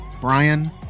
Brian